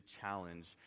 challenge